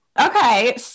Okay